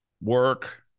work